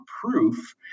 proof